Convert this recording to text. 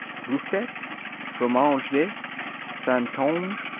ruffec, fromage de saintonge,